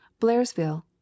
Blairsville